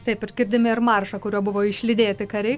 taip ir girdime ir maršą kuriuo buvo išlydėti kariai